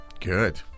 Good